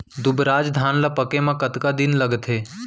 दुबराज धान ला पके मा कतका दिन लगथे?